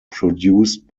produced